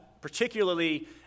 particularly